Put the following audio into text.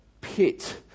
pit